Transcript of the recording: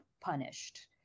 punished